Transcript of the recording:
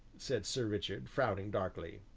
said sir richard, frowning darkly.